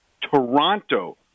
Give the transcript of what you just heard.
Toronto